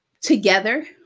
together